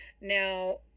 Now